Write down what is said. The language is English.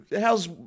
how's